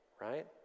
Right